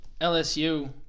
LSU